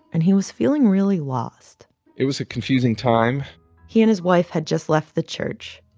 and he was feeling really lost it was a confusing time he and his wife had just left the church.